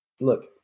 look